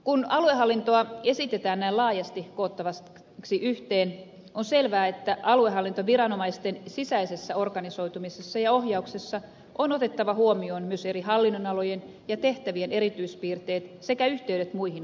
kun aluehallintoa esitetään näin laajasti koottavaksi yhteen on selvää että aluehallintoviranomaisten sisäisessä organisoitumisessa ja ohjauksessa on otettava huomioon myös eri hallinnonalojen ja tehtävien erityispiirteet sekä yhteydet muihin uudistuksiin